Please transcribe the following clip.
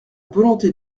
volonté